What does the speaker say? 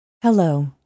Hello